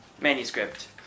manuscript